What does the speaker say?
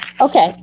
Okay